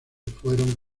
fueron